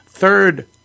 third